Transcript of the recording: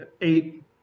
eight